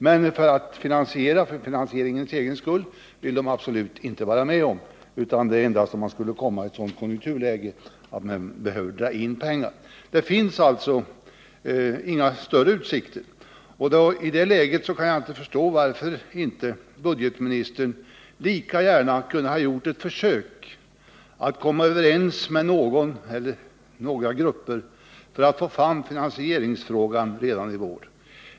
Men någon finansiering för finansieringens egen skull vill de absolut inte vara med om. Det finns alltså inga större utsikter att nå en uppgörelse på den punkten. Jag kan därför inte förstå varför inte budgetministern i det läget har gjort ett försök att komma överens med någon eller några grupper för att få fram en lösning på finansieringsfrågan redan i vår.